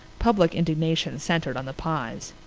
public indignation centered on the pyes.